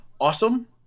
awesome